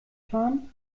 fahren